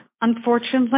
unfortunately